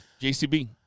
JCB